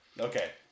Okay